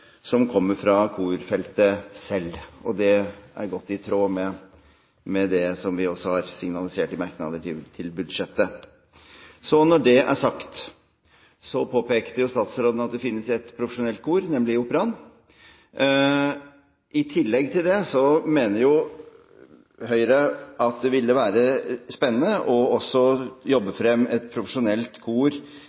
som kommer fra korfeltet selv. Det er godt i tråd med det vi også har signalisert i merknader til budsjettet. Så, når det er sagt: Statsråden påpekte jo at det finnes et profesjonelt kor, nemlig i Operaen. I tillegg mener Høyre at det ville være spennende også å jobbe frem et profesjonelt kor